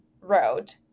road